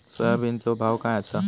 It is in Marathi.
सोयाबीनचो भाव काय आसा?